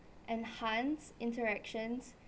enhance interactions